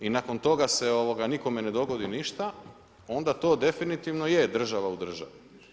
I nakon toga se nikome ne dogodi ništa, onda to definitivno je država u državi.